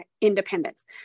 independence